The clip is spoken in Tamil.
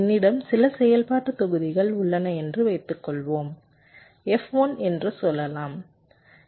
என்னிடம் சில செயல்பாட்டு தொகுதிகள் உள்ளன என்று வைத்துக்கொள்வோம் F1 என்று சொல்லலாம்